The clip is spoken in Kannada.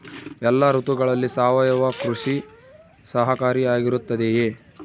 ಎಲ್ಲ ಋತುಗಳಲ್ಲಿ ಸಾವಯವ ಕೃಷಿ ಸಹಕಾರಿಯಾಗಿರುತ್ತದೆಯೇ?